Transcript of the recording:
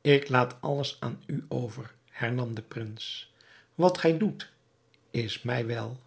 ik laat alles aan u over hernam de prins wat gij doet is mij wel